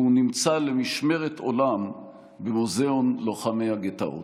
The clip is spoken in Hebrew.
והוא נמצא למשמרת עולם במוזיאון לוחמי הגטאות.